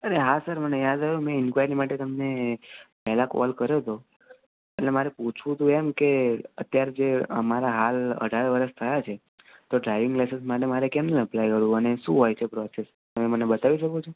અરે હા સર મને યાદ આવ્યું મેં ઇન્ક્વાયરી માટે તમને પહેલાં કોલ કર્યો હતો એટલે મારે પૂછવું હતું એમ કે અત્યારે જે અમારે હાલ અઢાર વર્ષ થયા છે તો ડ્રાઇવિંગ લાઇસન્સ માટે મારે કેમનું અપ્લાય કરવું અને શું હોય છે પ્રોસેસ તમે મને બતાવી શકો છો